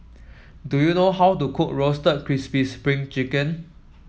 do you know how to cook Roasted Crispy Spring Chicken